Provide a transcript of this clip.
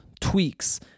tweaks